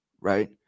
right